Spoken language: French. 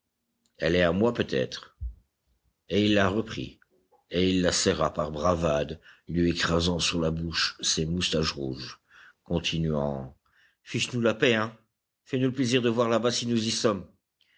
elle est à moi peut-être et il la reprit et il la serra par bravade lui écrasant sur la bouche ses moustaches rouges continuant fiche nous la paix hein fais-nous le plaisir de voir là-bas si nous y sommes